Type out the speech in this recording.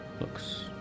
Looks